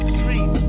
Street